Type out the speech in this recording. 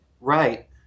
Right